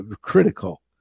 critical